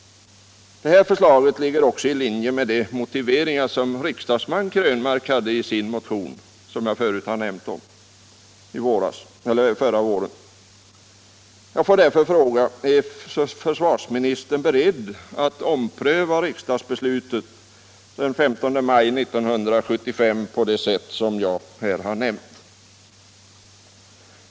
Detta förslag ligger också i linje med de motiveringar som riksdagsman Krönmark framförde i sin motion förra våren. Jag får därför fråga: Är försvarsministern beredd att ompröva riksdagsbeslutet den 15 maj 1975 på det sätt som jag här nämnt?